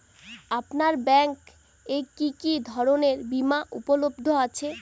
আপনার ব্যাঙ্ক এ কি কি ধরনের বিমা উপলব্ধ আছে?